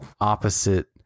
opposite